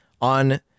on